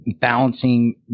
balancing